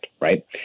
right